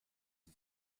sie